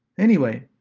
anyway,